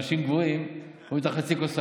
אנשים גבוהים רואים את חצי הכוס הריקה.